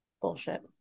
bullshit